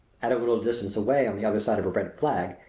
at a little distance away, on the other side of a red flag,